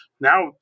Now